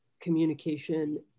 communication